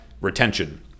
retention